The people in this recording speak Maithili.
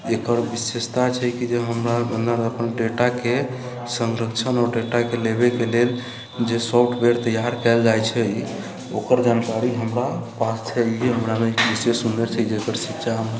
जेकर विशेषता छै कि जे हमरा अपन डेटाके संरक्षण आओर डेटाके लेबेके लेल जे सॉफ़्टवेर तैआर कयल जाइत छै ओकर जानकारी हमरा पास छै इहे हमरामे एक विशेष हुनर छै जेकर शिक्षा हम